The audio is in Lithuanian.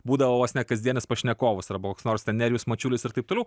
būdavo vos ne kasdienis pašnekovas arba koks nors nerijus mačiulis ir taip toliau